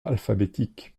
alphabétique